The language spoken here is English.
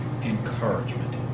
encouragement